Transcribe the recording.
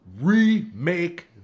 Remake